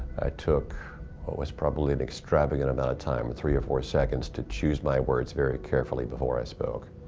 i took what was probably an extravagant amount of time, three or four seconds to choose my words very carefully before i spoke.